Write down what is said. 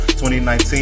2019